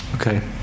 Okay